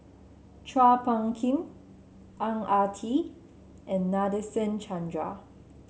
Chua Phung Kim Ang Ah Tee and Nadasen Chandra